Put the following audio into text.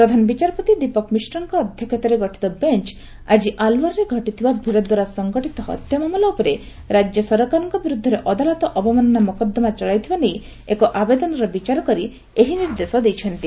ପ୍ରଧାନବିଚାରପତି ଦୀପକ ମିଶ୍ରଙ୍କ ଅଧ୍ୟକ୍ଷତାରେ ଗଠିତ ବେଞ୍ଚ ଆଜି ଆଲ୍ୱାରରେ ଘଟିଥିବା ଭିଡ ଦ୍ୱାରା ସଂଗଠିତ ହତ୍ୟା ମାମଲା ଉପରେ ରାଜ୍ୟ ସରକାରଙ୍କ ବିର୍ଦ୍ଧରେ ଅଦାଲତ ଅବମାନନା ମକଦ୍ଦମା ଚଳାଇଥିବା ନେଇ ଏକ ଆବେଦନର ବିଚାର କରି ଏହି ନିର୍ଦ୍ଦେଶ ଦେଇଛନ୍ତି